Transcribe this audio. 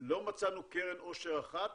לא מצאנו קרן עושר אחת